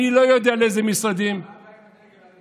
אני לא יודע לאיזה משרדים, אריה דרעי.